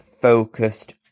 focused